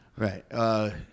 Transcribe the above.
Right